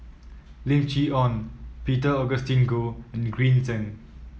Lim Chee Onn Peter Augustine Goh and Green Zeng